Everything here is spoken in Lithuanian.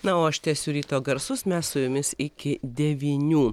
na o aš tęsiu ryto garsus mes su jumis iki devynių